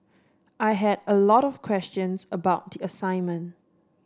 I had a lot of questions about the assignment